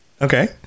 Okay